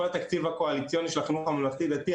התקציב הקואליציוני של החינוך הממלכתי דתי,